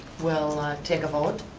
we'll take a vote.